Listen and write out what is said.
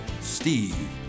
Steve